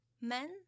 men